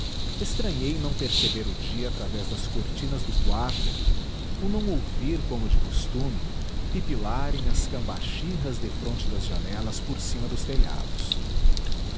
estranhei não perceber o dia através das cortinas do quarto c não ouvir como de costume pipilarem as cambachirras defronte das janelas por cima dos telhados